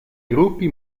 gruppi